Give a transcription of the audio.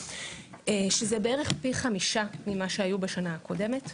שזה בערך פי חמישה ממה שהיו בשנה הקודמת.